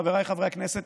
חבריי חברי הכנסת,